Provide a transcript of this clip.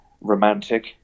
romantic